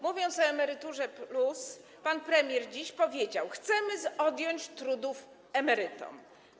Mówiąc o „Emeryturze+”, pan premier dziś powiedział: Chcemy odjąć trudów emerytom.